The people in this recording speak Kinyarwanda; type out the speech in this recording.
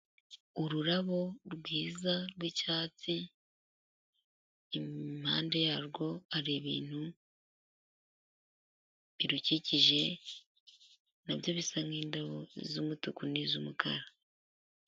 Ururabo rwiza rw'icyatsi, impande yarwo hari ibintu birukikije nabyo bisa nk'indabo z'umutuku n'iz'umukara.